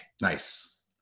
Nice